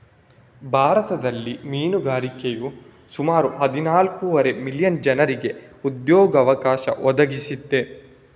ಭಾರತದಲ್ಲಿ ಮೀನುಗಾರಿಕೆಯು ಸುಮಾರು ಹದಿನಾಲ್ಕೂವರೆ ಮಿಲಿಯನ್ ಜನರಿಗೆ ಉದ್ಯೋಗ ಅವಕಾಶ ಒದಗಿಸಿದೆ